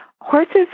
horses